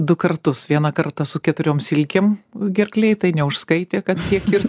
du kartus vieną kartą su keturiom silkėm gerklėj tai neužskaitė kad tiek ir